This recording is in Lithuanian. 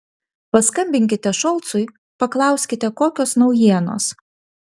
paskambinkite šolcui paklauskite kokios naujienos